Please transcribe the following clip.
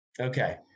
Okay